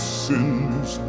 sins